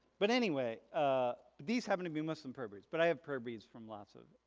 but anyway ah these happen to be muslim prayer beads but i have prayer beads from lots of,